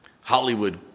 Hollywood